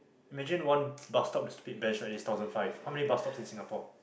imagine one bus stop is speed specially thousand five how many bus stops in Singapore